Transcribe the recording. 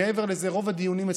מעבר לזה רוב הדיונים אצלך,